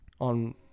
on